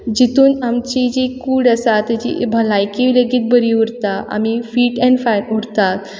जितून आमची जी कूड आसा तेजी भलायकी लेगीत बरी उरता आमी फीट एंड फायन उरता